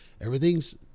Everything's